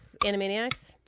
Animaniacs